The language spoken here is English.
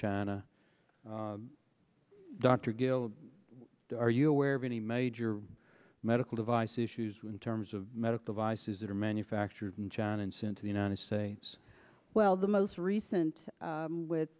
china dr gil are you aware of any major medical device issues in terms of medical devices that are manufactured in china and sent to the united states well the most recent